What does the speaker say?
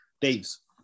Dave's